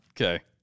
Okay